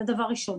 דבר ראשון.